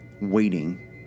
waiting